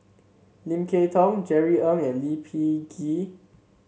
Lim Kay Tong Jerry Ng and Lee Peh Gee